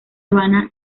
habana